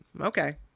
Okay